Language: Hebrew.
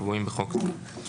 הקבועים בחוק זה.